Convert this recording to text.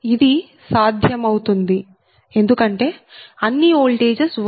ఇది సాధ్యమవుతుంది ఎందుకంటే అన్ని ఓల్టేజెస్1∠0p